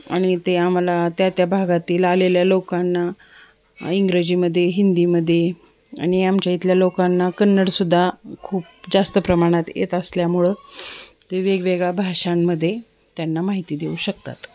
आणि ते आम्हाला त्या त्या भागातील आलेल्या लोकांना इंग्रजीमध्ये हिंदीमध्ये आणि आमच्या इथल्या लोकांना कन्नड सुद्धा खूप जास्त प्रमाणात येत असल्यामुळं ते वेगवेगळ्या भाषांमध्ये त्यांना माहिती देऊ शकतात